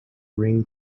ring